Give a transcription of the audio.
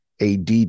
ADD